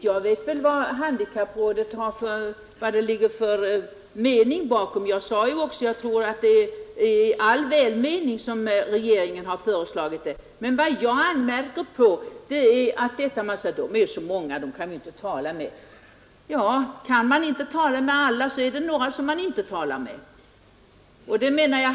Herr talman! Ja, det är riktigt. Jag vet väl vad det ligger för mening bakom handikapprådets tillkomst. Jag tror också det är i all välmening som regeringen har föreslagit det. Men jag anmärker på när man säger, att organisationerna är så många, att man inte kan tala med alla. Kan man inte tala med alla, så är det några som man inte talar med.